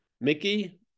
Mickey